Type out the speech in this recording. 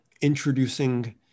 introducing